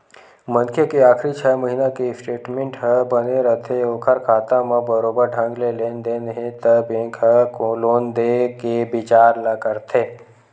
मनखे के आखरी छै महिना के स्टेटमेंट ह बने रथे ओखर खाता म बरोबर ढंग ले लेन देन हे त बेंक ह लोन देय के बिचार ल करथे